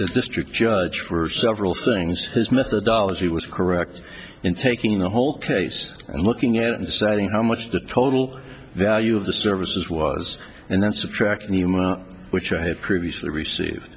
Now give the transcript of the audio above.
the district judge for several things his methodology was correct in taking the whole case and looking at deciding how much the total value of the services was and then subtract the amount which i had previously receive